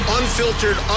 unfiltered